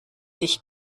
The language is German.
sich